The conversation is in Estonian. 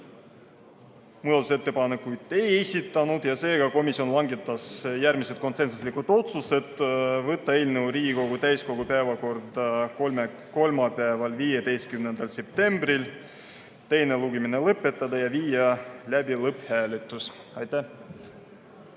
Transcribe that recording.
muudatusettepanekuid ei esitanud. Seega, komisjon langetas järgmised konsensuslikud otsused: võtta eelnõu Riigikogu täiskogu päevakorda kolmapäevaks, 15. septembriks, teine lugemine lõpetada ja viia läbi lõpphääletus. Aitäh!